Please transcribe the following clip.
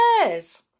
stairs